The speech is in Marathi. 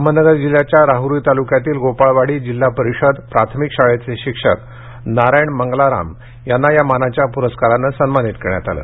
अहमदनगर जिल्ह्याच्या राहुरी तालुक्यातील गोपाळवाडी जिल्हा परिषद प्राथमिक शाळेचे शिक्षक नारायण मंगलाराम यांना या मानाच्या पुरस्कारानं सन्मानित करण्यात आलं